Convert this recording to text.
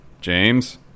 James